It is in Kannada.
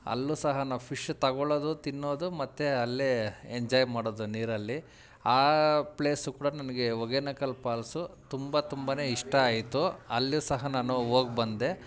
ಅಲ್ಲೂ ಸಹ ನಾವು ಫಿಶು ತಗೊಳ್ಳೋದು ತಿನ್ನೋದು ಮತ್ತು ಅಲ್ಲೇ ಎಂಜಾಯ್ ಮಾಡೋದು ನೀರಲ್ಲಿ ಆ ಪ್ಲೇಸು ಕೂಡ ನನಗೆ ಹೊಗೆನಕಲ್ ಪಾಲ್ಸು ತುಂಬ ತುಂಬಾ ಇಷ್ಟ ಆಯಿತು ಅಲ್ಲೂ ಸಹ ನಾನು ಹೋಗ್ ಬಂದೆ